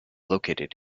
located